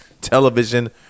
television